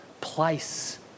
place